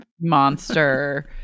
monster